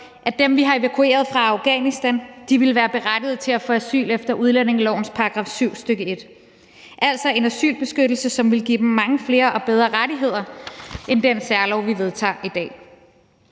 at dem, vi har evakueret fra Afghanistan, ville være berettiget til at få asyl efter udlændingelovens § 7, stk. 1., altså en asylbeskyttelse, som ville give dem mange flere og bedre rettigheder end den særlov, vi vedtager i dag.